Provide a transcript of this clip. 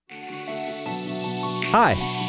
Hi